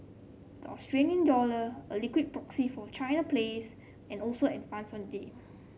the Australia dollar a liquid proxy for China plays and also advanced on day